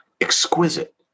exquisite